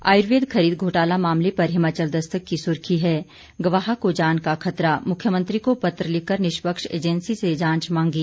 आयुर्वेद खरीद घोटाला मामले पर हिमाचल दस्तक की सुर्खी है गवाह को जान का खतरा मुख्यमंत्री को पत्र लिखकर निष्पक्ष एजेंसी से जांच मांगी